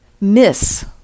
miss